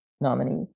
nominee